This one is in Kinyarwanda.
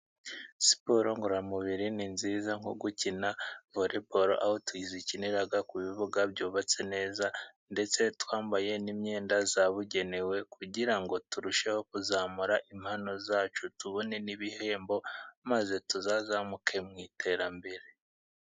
Siporo ngororamubiri ni nziza nko gukina vore boro, aho tuyikinira ku bibuga byubatse neza ndetse twambaye n'imyenda yabugenewe kugira ngo turusheho kuzamura impano zacu tubone n'ibihembo maze tuzazamuke mu iterambere.